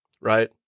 right